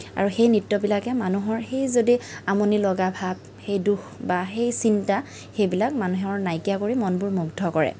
আৰু সেই নৃত্যবিলাকে মানুহৰ সেই যদি আমনি লগা ভাব সেই দুখ বা সেই চিন্তা সেইবিলাক মানুহৰ নাইকীয়া কৰি মনবোৰ মুগ্ধ কৰে